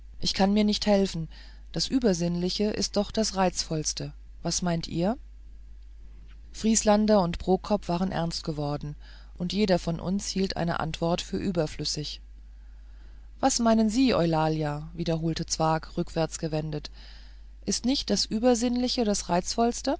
ich kann mir nicht helfen das übersinnliche ist doch das reizvollste was meint ihr vrieslander und prokop waren ernst geworden und jeder von uns hielt eine antwort für überflüssig was meinen sie eulalia wiederholte zwakh zurückgewendet ist nicht das übersinnliche das